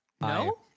No